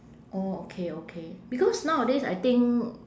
orh okay okay because nowadays I think